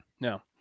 No